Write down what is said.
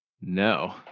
No